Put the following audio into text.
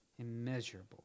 immeasurable